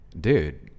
dude